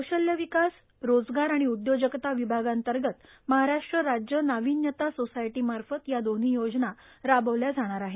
कौशल्य विकास रोजगार आणि उदयोजकता विभागांतर्गत महाराष्ट्र राज्य नाविन्यता सोसायटीमार्फत या दोन्ही योजना राबवल्या जाणार आहेत